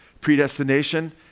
predestination